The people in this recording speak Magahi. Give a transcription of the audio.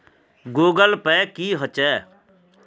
गूगल पै की होचे?